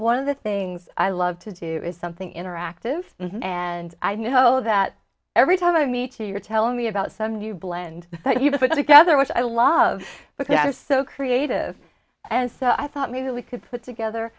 one of the things i love to do is something interactive and i know that every time i meet you you're telling me about some new blend that you put together which i love because that is so creative and so i thought maybe we could put together